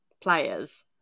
players